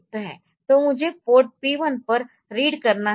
तो मुझे port P 1 पर रीड करना है